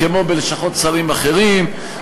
כמו בלשכות שרים אחרים,